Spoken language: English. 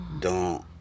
dans